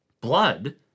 Blood